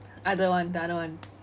other one the other one